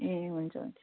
ए हुन्छ हुन्छ